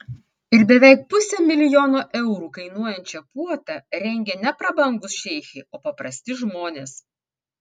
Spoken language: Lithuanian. ir beveik pusę milijono eurų kainuojančią puotą rengė ne prabangūs šeichai o paprasti žmonės